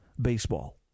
baseball